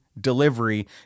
delivery